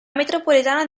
metropolitana